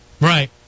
Right